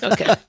Okay